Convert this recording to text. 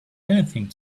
anything